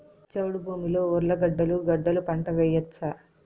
చౌడు భూమిలో ఉర్లగడ్డలు గడ్డలు పంట వేయచ్చా?